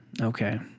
Okay